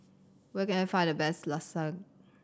where can I find the best Lasagna